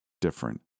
different